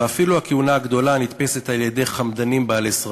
ואפילו הכהונה הגדולה נתפסת על-ידי חמדנים בעלי שררה,